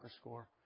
score